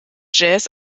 jazz